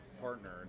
partner